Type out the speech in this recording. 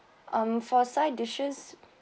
um for side dishes